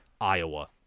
Iowa